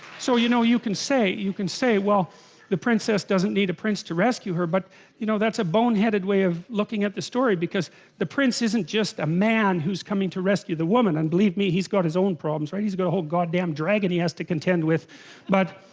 so you know you can say you can say well the princess doesn't need a prince to rescue her but you know that's a boneheaded way of looking at the story because the prince isn't just a man who's coming to rescue the woman and believe me he's got his own problems right he's got a whole goddamn dragon he has to contend with but